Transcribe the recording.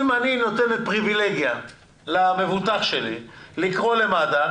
אם אני נותנת פריבילגיה למבוטח שלי לקרוא למד"א,